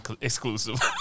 Exclusive